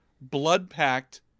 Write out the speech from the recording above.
blood-packed